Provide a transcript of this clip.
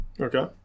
Okay